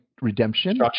Redemption